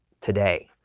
today